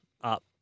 up